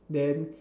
then